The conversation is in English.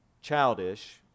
Childish